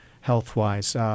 health-wise